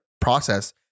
process